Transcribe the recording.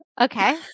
Okay